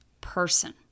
person